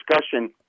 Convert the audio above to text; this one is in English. discussion –